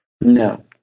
No